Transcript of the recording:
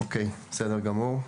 אוקיי, בסדר גמור.